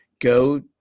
go